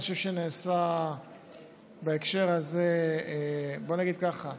אני חושב שנעשה בהקשר הזה, בוא נגיד ככה: